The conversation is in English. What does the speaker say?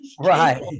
Right